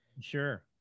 Sure